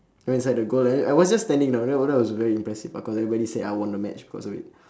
went inside the goal right I was just standing you know that was very impressive ah cause everybody say I won the match because of it